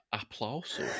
applause